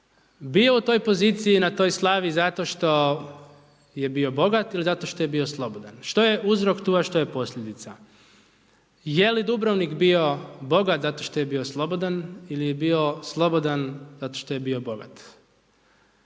bio u toj poziciji i na toj slavi zato što je bio bogat ili zato što je bio slobodan. Što je uzrok tu, a što je posljedica? Je li Dubrovnik bio bogat zato što je bio slobodan ili je bio slobodan zato što je bio bogat?